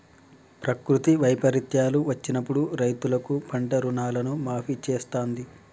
ప్రకృతి వైపరీత్యాలు వచ్చినప్పుడు రైతులకు పంట రుణాలను మాఫీ చేస్తాంది